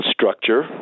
structure